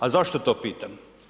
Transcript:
A zašto to pitam?